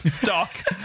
doc